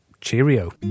cheerio